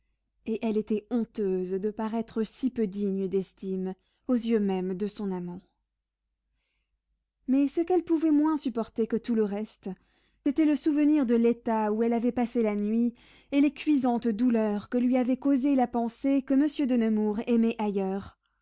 et elle était honteuse de paraître si peu digne d'estime aux yeux même de son amant mais ce qu'elle pouvait moins supporter que tout le reste était le souvenir de l'état où elle avait passé la nuit et les cuisantes douleurs que lui avait causées la pensée que monsieur de nemours aimait ailleurs